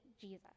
Jesus